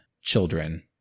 children